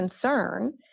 concern